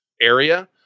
area